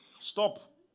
Stop